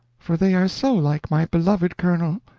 for they are so like my beloved colonel.